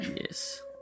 Yes